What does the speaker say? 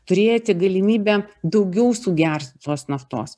turėti galimybę daugiau sugerti tos naftos